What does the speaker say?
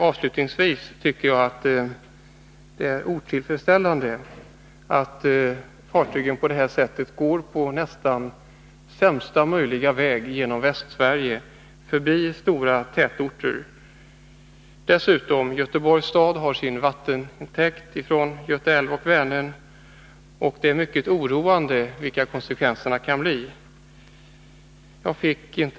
Avslutningsvis vill jag framhålla att det är otillfredsställande att fartygen på det här sättet trafikerar nästan sämsta möjliga väg genom Västsverige förbi stora tätorter. Göteborgs kommun har dessutom sin vattentäkt från Göta älv och Vänern. Tanken på vilka konsekvenserna kan bli är mycket oroande.